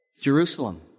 Jerusalem